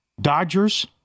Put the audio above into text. Dodgers